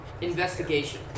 Investigation